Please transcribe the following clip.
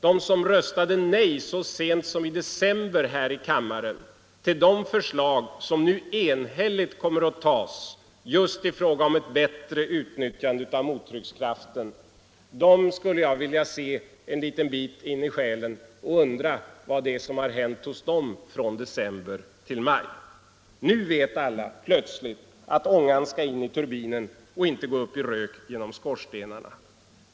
De som röstade nej så sent som i december här i kammaren till de förslag som nu enhälligt kommer att tas just i fråga om ett bättre utnyttjande av mottryckskraften skulle jag vilja se en liten bit in i själen. Jag undrar vad det är som hänt hos dem från december till maj. Nu vet alla plötsligt att ångan skall in i turbinen och inte gå upp i rök genom skorstenarna.